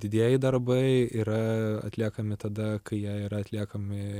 didieji darbai yra atliekami tada kai jie yra atliekami